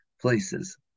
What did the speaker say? places